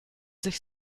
sich